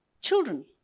children